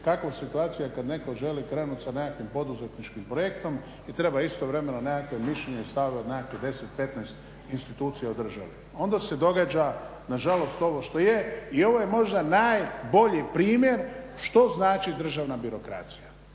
kakva je situacija kad netko želi krenuti sa nekakvim poduzetničkim projektom i treba istovremeno nekakvo mišljenje i stavove od nekakvih 10, 15 institucija u državi. Onda se događa na žalost ovo što je i ovo je možda najbolji primjer što znači državna birokracija,